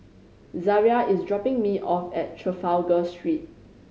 Zaria is dropping me off at Trafalgar Street